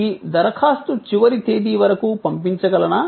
నేను ఈ దరఖాస్తు చివరి తేదీ వరకు పంపించగలనా